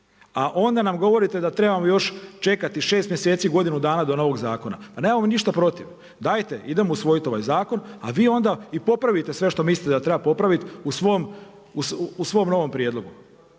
A onda nam govorite da trebamo još čekati 6 mjeseci, godinu dana do novog zakona. Pa nemamo mi ništa protiv, dajte, idemo usvojiti ovaj zakona a vi onda i popravite sve što mislite da treba popraviti u svom novom prijedlogu